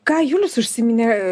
ką julius užsiminė